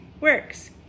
works